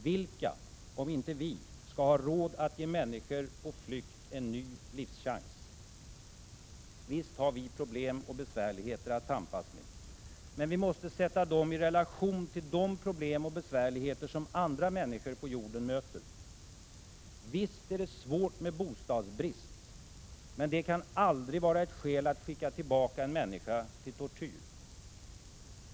Vilka, om inte vi, skall ha råd att ge människor på flykt en ny livschans? Visst har vi problem och besvärligheter att tampas med. Men vi måste sätta dem i relation till de problem och besvärligheter som andra människor på jorden möter. Visst är det svårt med bostadsbrist, men den kan aldrig vara ett skäl att skicka tillbaka en människa till tortyr.